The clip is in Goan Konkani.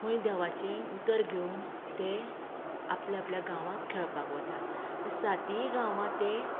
खंय देवाचें उतर घेवन तें आपल्या आपल्या गांवांत खेळपाक वतात सातय गांवांत ते